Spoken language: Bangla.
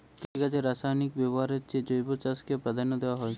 কৃষিকাজে রাসায়নিক ব্যবহারের চেয়ে জৈব চাষকে প্রাধান্য দেওয়া হয়